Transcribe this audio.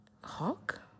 Hawk